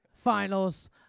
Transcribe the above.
finals